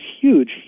huge